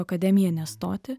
akademiją nestoti